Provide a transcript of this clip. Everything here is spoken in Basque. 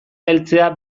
heltzea